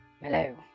hello